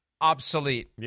obsolete